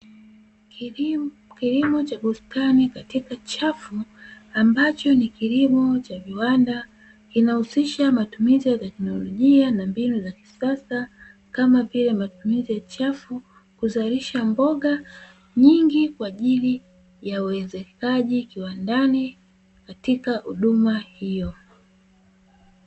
Kilimo cha bustani katika chafu ambacho ni kilimo cha viwanda kinahusisha matumizi ya teknolojia na mbinu za kisasa kama vile matumizi ya chafu kuzalisha mboga nyingi kwa ajili ya wezekaji kiwandani katika huduma hiyo.